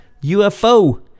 UFO